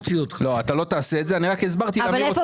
אבל אעשה שקר בנפשי כי אם הממשלה